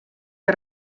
que